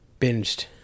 Binged